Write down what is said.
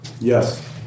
Yes